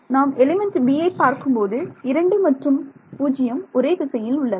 நாம் element b யை பார்க்கும்போது 2 மற்றும் 0 ஒரே திசையில் உள்ளன